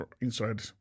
inside